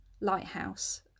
Lighthouse